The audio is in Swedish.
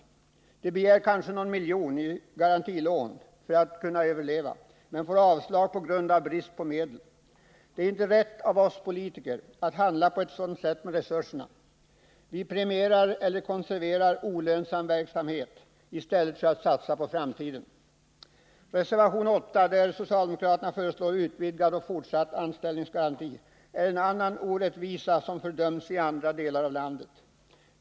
Företagen begär kanske någon miljon i garantilån för att kunna överleva, men får avslag på grund av brist på medel. Det är inte rätt av oss politiker att handla på ett sådant sätt med resurserna. Vi premierar eller konserverar olönsam verksamhet i stället för att satsa på framtiden. I reservation 8 föreslår socialdemokraterna en utvidgning och fortsättning av anställningsgarantin, vilket skulle innebära en annan orättvisa, som också fördöms i andra delar av landet.